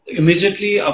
immediately